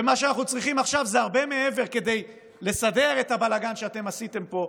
ומה שאנחנו צריכים עכשיו זה הרבה מעבר כדי לסדר את הבלגן שאתם עשיתם פה.